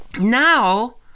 Now